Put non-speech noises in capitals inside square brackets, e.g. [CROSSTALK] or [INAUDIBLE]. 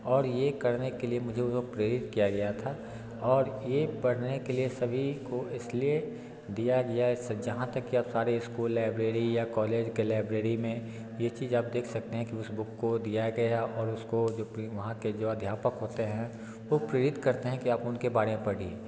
और ये करने के लिए मुझे जो प्रेरित किया गया था और ये पढ़ने के लिए सभी को इसलिए दिया गया [UNINTELLIGIBLE] जहाँ तक की आप सारे इस्कूल लैब्रेरी या कॉलेज के लैब्रेरी में ये चीज़ आप देख सकते हैं कि उस बुक को दिया गया और उसको वहाँ के जो अध्यापक होते हैं वो प्रेरित करते हैं कि आप उनके बारे में पढ़िए